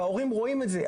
ההורים רואים את זה,